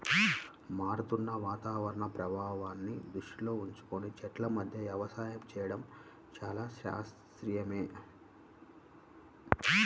మారుతున్న వాతావరణ ప్రభావాన్ని దృష్టిలో ఉంచుకొని చెట్ల మధ్య వ్యవసాయం చేయడం చాలా శ్రేయస్కరమే